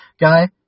guy